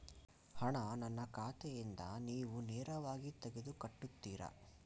ಹಣ ನನ್ನ ಖಾತೆಯಿಂದ ನೀವು ನೇರವಾಗಿ ತೆಗೆದು ಕಟ್ಟುತ್ತೀರ?